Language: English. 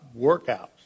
workouts